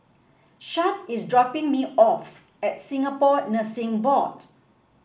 Shad is dropping me off at Singapore Nursing Board